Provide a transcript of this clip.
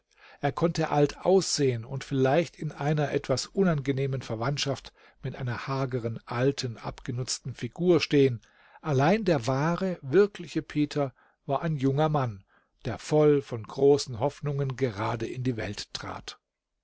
er konnte alt aussehen und vielleicht in einer etwas unangenehmen verwandtschaft mit einer hageren alten abgenutzten figur stehen allein der wahre wirkliche peter war ein junger mann der voll von großen hoffnungen gerade in die welt trat